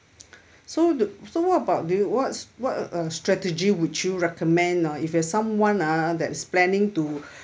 so do so what about do you what's what uh strategy would you recommend lah if you are someone lah that's planning to